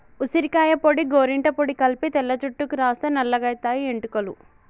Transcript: ఉసిరికాయ పొడి గోరింట పొడి కలిపి తెల్ల జుట్టుకు రాస్తే నల్లగాయితయి ఎట్టుకలు